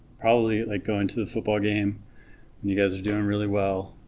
probably like going to the football game when you guys are doing really well,